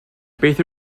beth